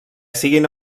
siguin